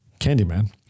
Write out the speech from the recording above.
Candyman